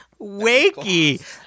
Wakey